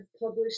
published